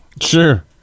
Sure